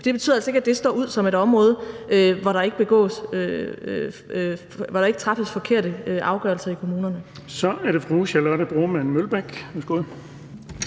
det betyder altså ikke, at det slår ud som et område, hvor der ikke træffes forkerte afgørelser i kommunerne. Kl. 17:14 Den fg. formand (Erling